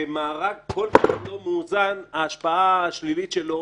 במארג כל כך לא מאוזן, ההשפעה השלילית שלו